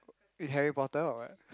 in Harry-Potter or what